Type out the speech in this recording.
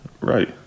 Right